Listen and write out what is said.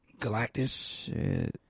Galactus